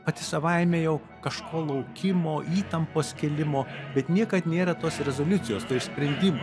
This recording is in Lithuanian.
pati savaime jau kažko laukimo įtampos kėlimo bet niekad nėra tos rezoliucijos to išsprendimo